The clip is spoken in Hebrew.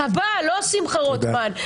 לא שמחה רוטמן,